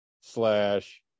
slash